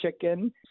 chicken